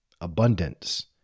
abundance